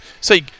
say